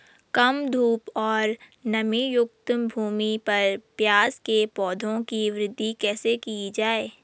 कम धूप और नमीयुक्त भूमि पर प्याज़ के पौधों की वृद्धि कैसे की जाए?